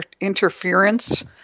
interference